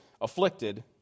afflicted